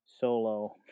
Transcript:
solo